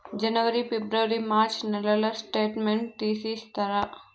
జనవరి, ఫిబ్రవరి, మార్చ్ నెలల స్టేట్మెంట్ తీసి ఇస్తారా?